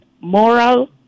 moral